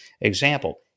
Example